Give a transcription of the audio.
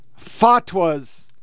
fatwas